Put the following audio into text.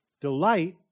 delight